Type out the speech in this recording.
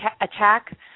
attack